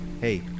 Hey